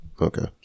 okay